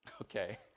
okay